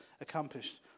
accomplished